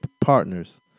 Partners